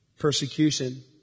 persecution